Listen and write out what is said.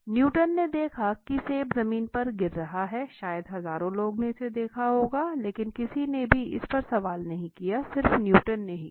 Newton ने देखा कि सेब जमीन पर गिर रहा है शायद हजारों लोगों ने इसे देखा होगा लेकिन किसी ने भी इसपर सवाल नहीं किया सिर्फ न्यूटन ने ही किया